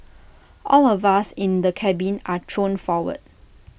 all of us in the cabin are thrown forward